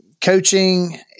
coaching